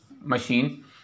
machine